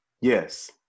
yes